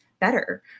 better